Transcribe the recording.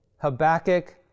Habakkuk